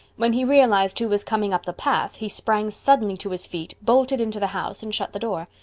when he realized who was coming up the path he sprang suddenly to his feet, bolted into the house, and shut the door.